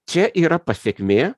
čia yra pasekmė